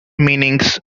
meanings